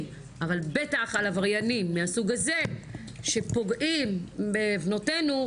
אבל בטח על עבריינים מהסוג הזה שפוגעים בבנותינו.